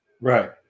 right